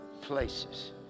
places